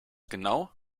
genau